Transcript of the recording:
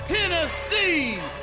Tennessee